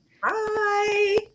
hi